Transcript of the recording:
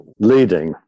leading